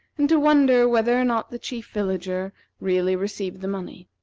and to wonder whether or not the chief villager really received the money.